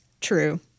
True